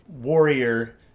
warrior